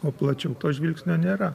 o plačiau to žvilgsnio nėra